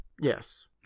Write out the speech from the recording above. Yes